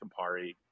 Campari